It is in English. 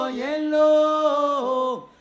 yellow